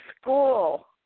school